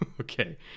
okay